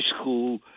school